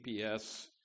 GPS